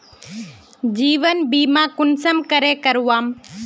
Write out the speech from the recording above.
जीवन बीमा कुंसम करे करवाम?